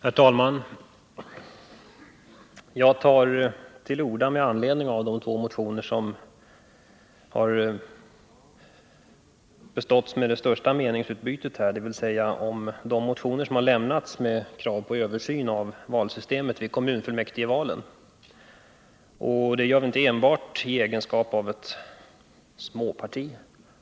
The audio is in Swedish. Herr talman! Jag tar till orda med anledning av de två motioner som har beståtts det största meningsutbytet här i kammaren, dvs. de motioner som innehåller krav på en översyn av valsystemet vid kommunfullmäktigevalen. Jag gör det inte enbart i egenskap av ledamot av ett småparti.